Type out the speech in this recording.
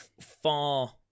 far